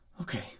Okay